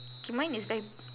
K mine is very